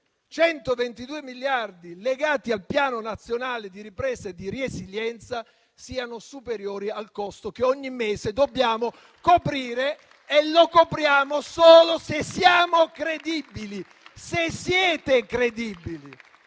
122 miliardi legati al Piano nazionale di ripresa e resilienza siano superiori al costo che ogni mese dobbiamo coprire. E lo copriamo solo se siamo credibili, se siete credibili;